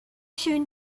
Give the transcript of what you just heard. schön